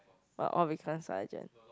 uh all because sergeant